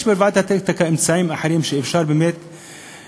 יש בוועדת האתיקה אמצעים אחרים שמאפשרים גם